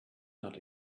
not